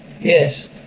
Yes